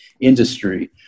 industry